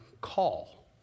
call